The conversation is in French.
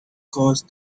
causes